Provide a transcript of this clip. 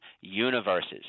universes